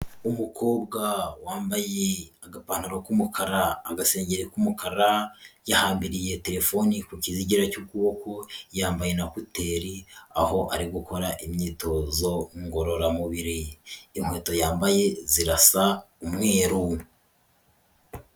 Umukobwa wambaye agapantaro k'umukara, agasengeri k'umukara, yahambiriye telefoni ku kizigira cy'ukuboko, yambaye na kuteri, aho ari gukora imyitozo ngororamubiri, inkweto yambaye zirasa umweru.